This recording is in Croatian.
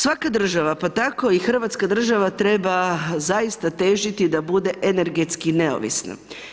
Svaka država pa tako i Hrvatska država treba zaista težiti da bude energetski neovisna.